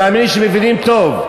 תאמין לי שמבינים טוב.